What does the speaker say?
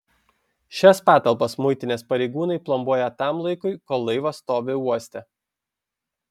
šias patalpas muitinės pareigūnai plombuoja tam laikui kol laivas stovi uoste